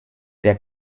der